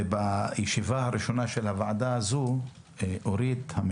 מראה לי אורית ארז,